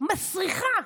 מסריחה.